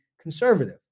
conservative